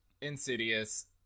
Insidious